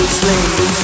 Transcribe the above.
slave